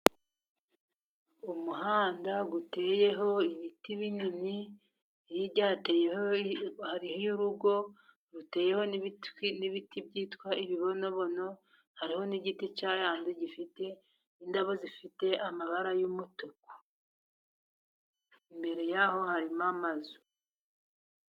Umuhanda uteyeho ibiti binini hirya hateyeho, hariho urugo ruteyeho n'ibiti byitwa ibibonobono, hariho n'igiti cyayanze gifite indabo zifite amabara y'umutuku, imbere yaho harimo amazu.